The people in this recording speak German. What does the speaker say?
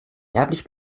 erblich